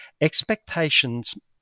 expectations